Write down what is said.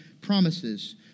promises